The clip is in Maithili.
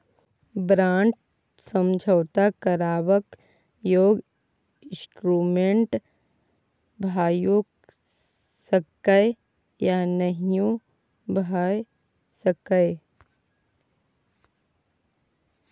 बारंट समझौता करबाक योग्य इंस्ट्रूमेंट भइयो सकै यै या नहियो भए सकै यै